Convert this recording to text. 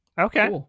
okay